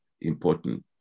important